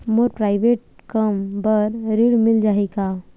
मोर private कम बर ऋण मिल जाही का?